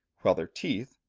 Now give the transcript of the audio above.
while their teeth,